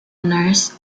nurse